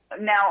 now